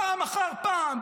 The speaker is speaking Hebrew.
פעם אחר פעם,